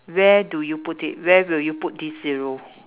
where do you put it where will you put this zero